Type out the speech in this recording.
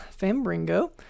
Fambringo